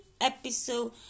episode